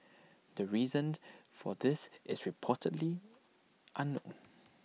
the reason for this is reportedly unknown